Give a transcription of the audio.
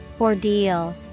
Ordeal